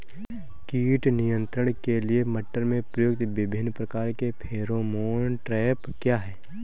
कीट नियंत्रण के लिए मटर में प्रयुक्त विभिन्न प्रकार के फेरोमोन ट्रैप क्या है?